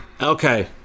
Okay